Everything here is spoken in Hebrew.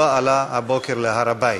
לא עלה הבוקר להר-הבית.